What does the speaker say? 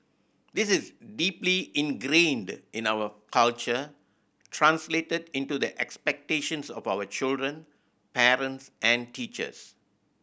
this is deeply ingrained in our culture translated into the expectations of our children parents and teachers